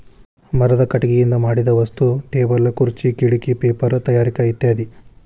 ಮರದ ಕಟಗಿಯಿಂದ ಮಾಡಿದ ವಸ್ತು ಟೇಬಲ್ ಖುರ್ಚೆ ಕಿಡಕಿ ಪೇಪರ ತಯಾರಿಕೆ ಇತ್ಯಾದಿ